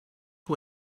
who